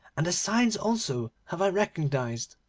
and the signs also have i recognised,